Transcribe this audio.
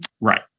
right